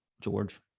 George